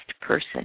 person